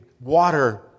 water